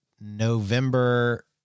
November